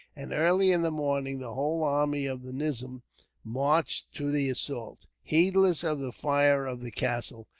and early in the morning the whole army of the nizam marched to the assault. heedless of the fire of the castle,